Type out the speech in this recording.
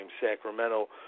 Sacramento